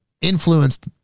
influenced